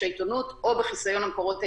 העיתונות או בחיסיון המקורות העיתונאיים.